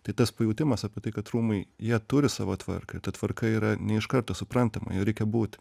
tai tas pajautimas apie tai kad rūmai jie turi savo tvarką ta tvarka yra ne iš karto suprantama joj reikia būti